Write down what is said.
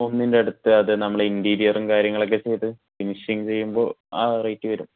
ഒന്നിൻ്റെ അടുത്ത് അത് നമ്മള് ഇൻറീരിയറും കാര്യങ്ങളും ഒക്കെ ചെയ്ത് ഫിനിഷിങ്ങ് ചെയ്യുമ്പോൾ ആ റേറ്റ് വരും